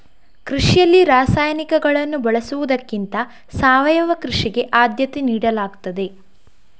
ಕೃಷಿಯಲ್ಲಿ ರಾಸಾಯನಿಕಗಳನ್ನು ಬಳಸುವುದಕ್ಕಿಂತ ಸಾವಯವ ಕೃಷಿಗೆ ಆದ್ಯತೆ ನೀಡಲಾಗ್ತದೆ